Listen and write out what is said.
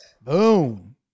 Boom